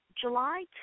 July